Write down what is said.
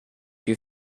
you